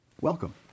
Welcome